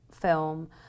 film